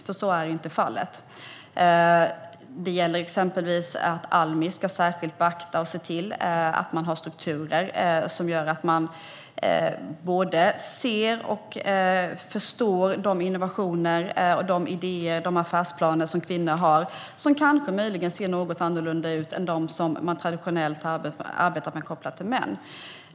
Så är nämligen inte fallet. Det gäller exempelvis att Almi särskilt ska beakta och se till att det finns strukturer som gör att man både ser och förstår de innovationer, idéer och affärsplaner som kvinnor har som möjligen ser något annorlunda ut än de som traditionellt är kopplade till män.